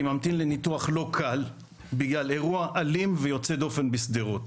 ממתין לניתוח לא קל בגלל אירוע אלים ויוצא דופן בשדרות.